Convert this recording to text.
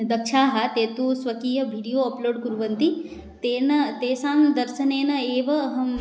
दक्षाः ते तु स्वकीय बिडियो अप्लोड् कुर्वन्ति तेन तेषां दर्शनेन एव अहं